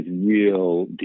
real